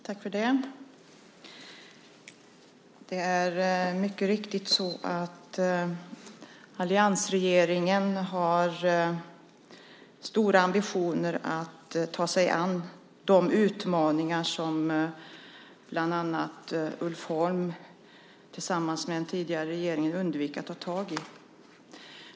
Fru talman! Det är mycket riktigt så att alliansregeringen har stora ambitioner att ta sig an de utmaningar som bland annat Ulf Holm tillsammans med den tidigare regeringen undvek att ta tag i.